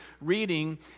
reading